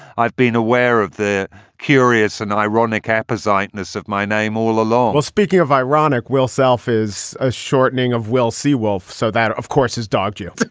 i've been aware of the curious and ironic hapas rightness of my name all along well, speaking of ironic, well, self is a shortening of, well, seawolf. so that, of course has dogged you oh,